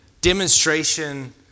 demonstration